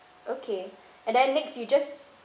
okay and then next you just